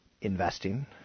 investing